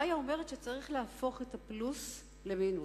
מאיה אומרת שצריך להפוך את הפלוס למינוס.